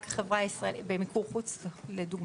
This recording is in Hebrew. לדוגמה, במיקור חוץ.